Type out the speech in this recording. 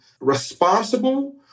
responsible